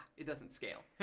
it doesn't scale.